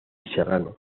serrano